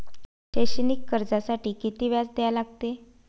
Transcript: शैक्षणिक कर्जासाठी किती व्याज द्या लागते?